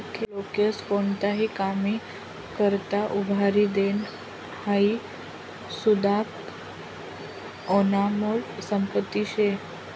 लोकेस्ले कोणताही कामी करता उभारी देनं हाई सुदीक आनमोल संपत्ती शे